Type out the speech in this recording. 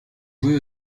joués